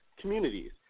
communities